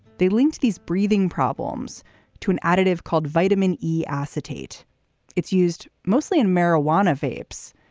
they linked these breathing problems to an additive called vitamin e acetate it's used mostly in marijuana vapes.